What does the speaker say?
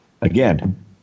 again